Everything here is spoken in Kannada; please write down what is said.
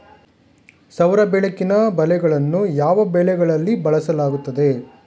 ಸೌರ ಬೆಳಕಿನ ಬಲೆಗಳನ್ನು ಯಾವ ಬೆಳೆಗಳಲ್ಲಿ ಬಳಸಲಾಗುತ್ತದೆ?